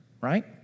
Right